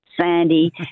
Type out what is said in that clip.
sandy